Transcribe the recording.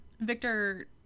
victor